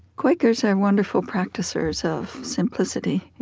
quakers are wonderful practicers of simplicity.